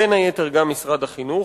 בין היתר גם על משרד החינוך,